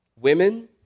women